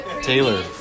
Taylor